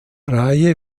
reihe